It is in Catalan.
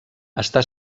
està